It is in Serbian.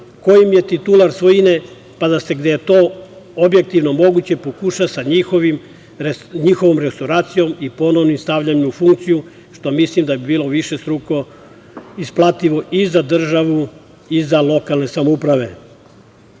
ko im je titular svojine, pa da se gde je to objektivno moguće pokuša sa njihovom restauracijom i ponovnim stavljanjem u funkciju, što mislim da bi bilo višestruko isplativo i za državu i za lokalne samouprave. Na